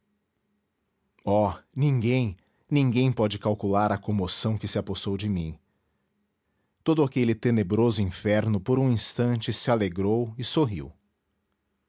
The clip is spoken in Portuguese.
oh ninguém ninguém pode calcular a comoção que se apossou de mim todo aquele tenebroso inferno por um instante se alegrou e sorriu